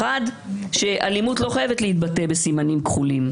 אלימות לא חייבת להתבטא בסימנים כחולים.